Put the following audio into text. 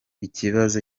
ikibazo